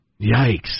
yikes